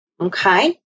okay